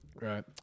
Right